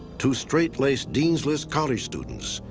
to straitlaced dean's list college students,